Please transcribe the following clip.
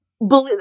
blue